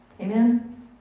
Amen